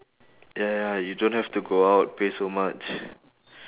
ya ya ya you don't have to go out pay so much